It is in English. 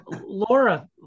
Laura